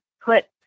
put